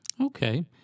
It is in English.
okay